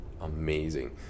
amazing